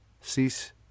Cease